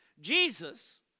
Jesus